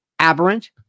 aberrant